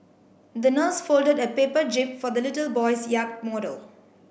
the nurse folded a paper jib for the little boy's yacht model